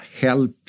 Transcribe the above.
help